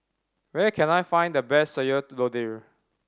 where can I find the best Sayur Lodeh